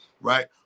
right